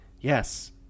Yes